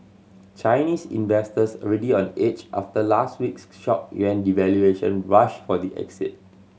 Chinese investors already on edge after last week's shock yuan devaluation rushed for the exit